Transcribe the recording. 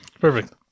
perfect